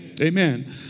Amen